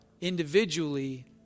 individually